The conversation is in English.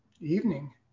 evening